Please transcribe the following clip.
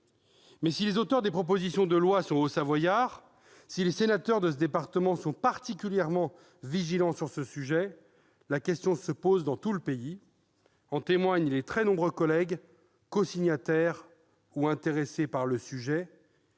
si les auteurs des propositions de loi sont haut-savoyards et les sénateurs de ce département particulièrement vigilants sur ce sujet, la question se pose dans tout le pays. En témoignent les très nombreux collègues cosignataires de nos propositions